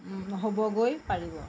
হ'বগৈ পাৰিব